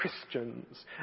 Christians